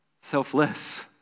selfless